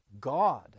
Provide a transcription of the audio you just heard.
God